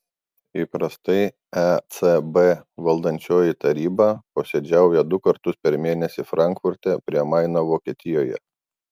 įprastai ecb valdančioji taryba posėdžiauja du kartus per mėnesį frankfurte prie maino vokietijoje